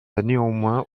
néanmoins